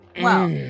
Wow